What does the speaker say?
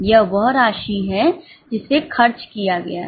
यह वह राशि है जिसे खर्च किया गया है